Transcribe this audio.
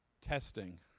Testing